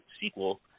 sequel